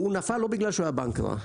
הוא לא נפל בגלל שהוא היה בנק רע,